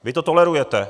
Vy to tolerujete.